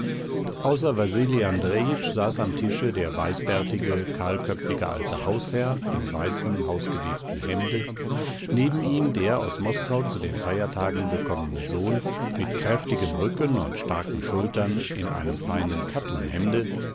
außer wasili andrejitsch saß am tische der weißbärtige kahlköpfige alte hausherr in weißem hausgewebtem hemde neben ihm der aus moskau zu den feiertagen gekommene sohn mit kräftigem rücken und starken schultern in einem feinen